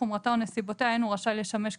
חומרתה או נסיבותיה אין הוא רשאי לשמש ככונן.